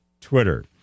Twitter